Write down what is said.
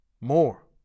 more